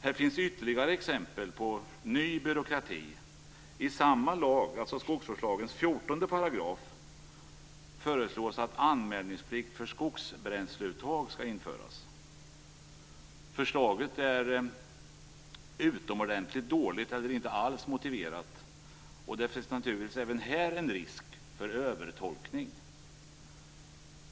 Det finns ytterligare exempel på ny byråkrati. I fråga om 14 § skogsvårdslagen föreslås att anmälningsplikt för skogsbränsleuttag skall införas. Förslaget är utomordentligt dåligt, eller kanske inte alls, motiverat. Även här finns det en risk för övertolkning.